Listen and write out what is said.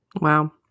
Wow